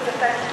בדלתיים פתוחות.